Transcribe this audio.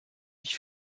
dich